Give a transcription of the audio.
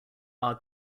our